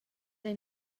ein